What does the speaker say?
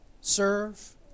Serve